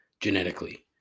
genetically